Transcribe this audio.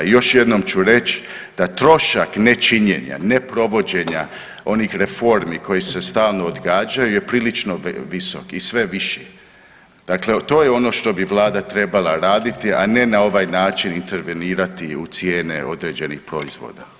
I još jednom ću reć da trošak ne činjenja, ne provođenja onih reformi koje se stalno odgađaju je prilično visok i sve viši, dakle to je ono što bi vlada trebala raditi, a ne na ovaj način intervenirati u cijene određenih proizvoda.